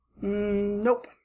Nope